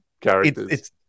characters